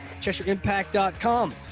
CheshireImpact.com